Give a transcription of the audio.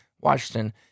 Washington